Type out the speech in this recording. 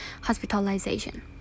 hospitalization